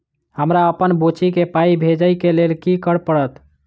हमरा अप्पन बुची केँ पाई भेजइ केँ लेल की करऽ पड़त?